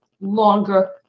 longer